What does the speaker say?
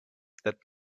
that